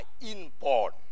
inborn